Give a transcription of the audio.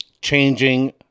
changing